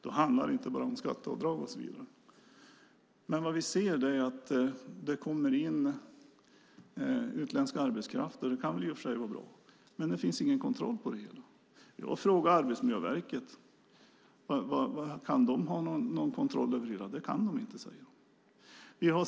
Då handlar det inte bara om skatteavdrag och så vidare, utan vad vi ser är att det kommer in utländsk arbetskraft. Det kan väl i och för sig vara bra, men det finns ingen kontroll på det hela. Jag har frågat Arbetsmiljöverket om de kan ha någon kontroll över det hela. Det kan de inte, säger de.